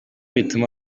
bituma